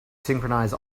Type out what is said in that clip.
synchronize